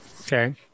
Okay